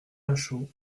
lachaud